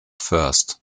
first